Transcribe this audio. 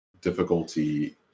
difficulty